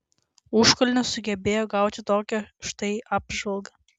užkalnio sugebėjo gauti tokią štai apžvalgą